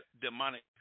demonic